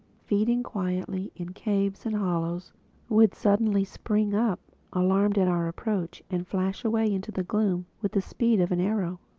feeding quietly in caves and hollows would suddenly spring up, alarmed at our approach, and flash away into the gloom with the speed of an arrow.